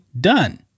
done